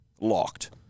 Locked